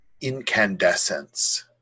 incandescence